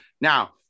Now